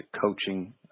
coaching